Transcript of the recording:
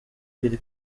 pili